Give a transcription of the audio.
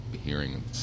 hearing